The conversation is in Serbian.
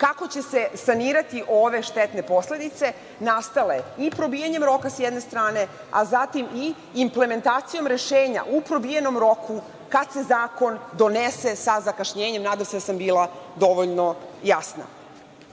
kako će se sanirati ove štetne posledice nastale i probijanjem roka sa jedne strane, a zatim i implementacijom rešenja u probijanom roku kada se zakon donese sa zakašnjenjem? Nadam se da sam bila dovoljno jasna.